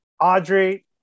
audrey